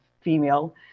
female